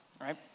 Right